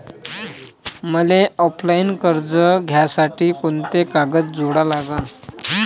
मले ऑफलाईन कर्ज घ्यासाठी कोंते कागद जोडा लागन?